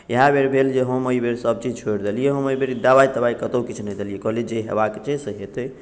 इएह बेर भेल जे हम एहिबेर सभचीज छोड़ि देलियै हम एहिबेर दबाइ तबाइ कतहु किछु नहि देलियै कहलियै जे होयबाक छै से हेतै